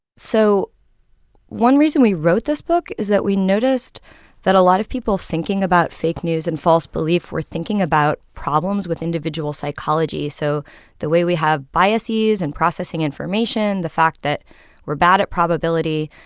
so one reason we wrote this book is that we noticed that a lot of people thinking about fake news and false belief were thinking about problems with individual psychology so the way we have biases and processing information, the fact that we're bad at probability.